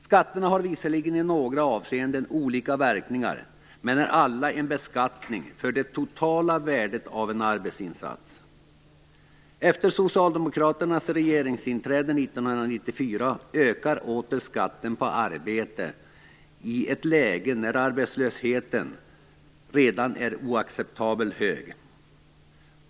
Skatterna har visserligen i några avseenden olika verkningar men är alla en beskattning för det totala värdet av en arbetsinsats. Efter Socialdemokraternas regeringstillträde 1994 ökar åter skatten på arbete i ett läge då arbetslösheten redan är oacceptabelt hög.